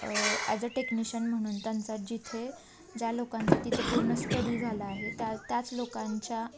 as a technician म्हणून त्यांचा जिथे ज्या लोकांचा तिथे पूर्ण स्टडी झाला आहे त्या त्याच लोकांच्या